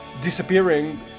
disappearing